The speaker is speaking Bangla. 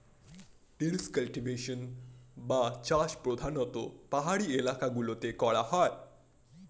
টেরেস কাল্টিভেশন বা চাষ প্রধানতঃ পাহাড়ি এলাকা গুলোতে করা হয়